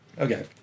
Okay